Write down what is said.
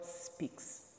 speaks